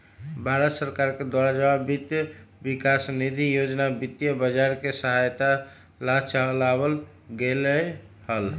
भारत सरकार के द्वारा जमा वित्त विकास निधि योजना वित्तीय बाजार के सहायता ला चलावल गयले हल